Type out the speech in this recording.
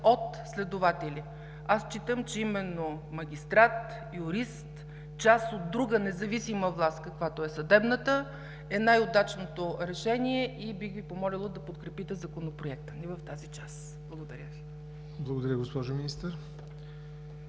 от следователи. Аз считам, че именно магистрати, юристи, част от друга независима власт, каквато е съдебната, е най-удачното решение и бих Ви помолила да подкрепите Законопроекта ни в тази част. Благодаря Ви. ПРЕДСЕДАТЕЛ ЯВОР